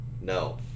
No